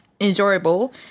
enjoyable